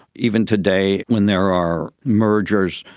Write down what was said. even today when there are mergers,